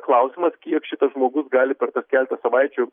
klausimas kiek šitas žmogus gali per tas keletą savaičių